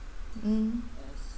mm